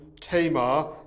Tamar